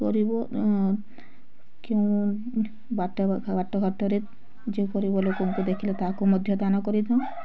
ଗରିବ କେଉଁ ବାଟ ବା ବାଟ ଘାଟରେ ଯେଉଁ ଗରିବ ଲୋକଙ୍କୁ ଦେଖିଲେ ତାକୁ ମଧ୍ୟ ଦାନ କରିଥାଉ